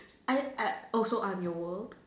I I also I'm your world